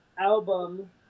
album